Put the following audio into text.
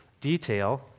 detail